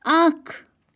اکھ